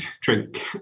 drink